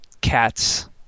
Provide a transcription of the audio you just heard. cats